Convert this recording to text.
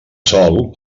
sol